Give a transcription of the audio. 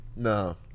No